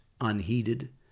unheeded